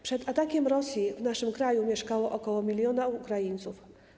Przed atakiem Rosji w naszym kraju mieszkało ok. 1 mln Ukraińców.